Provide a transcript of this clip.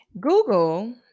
Google